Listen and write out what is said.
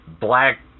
black